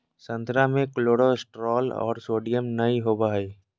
संतरा मे कोलेस्ट्रॉल और सोडियम नय होबय हइ